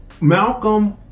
Malcolm